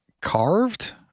carved